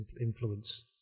influence